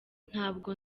ntabwo